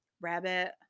rabbit